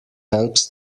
helps